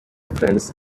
friends